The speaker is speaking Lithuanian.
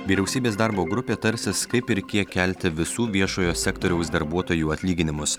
vyriausybės darbo grupė tarsis kaip ir kiek kelti visų viešojo sektoriaus darbuotojų atlyginimus